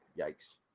yikes